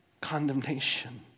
condemnation